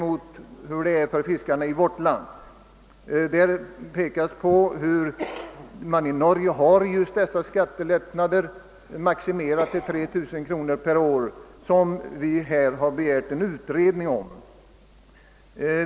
I Norge får fiskarna en sådan skattelättnad — de får göra avdrag med vissa procent av den skattepliktiga inkomsten, dock högst 3 000 kronor per år — som vi begärt utredning om.